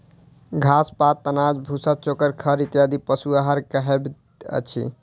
घास, पात, अनाज, भुस्सा, चोकर, खड़ इत्यादि पशु आहार कहबैत अछि